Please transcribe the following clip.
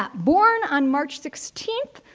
but born on march sixteenth,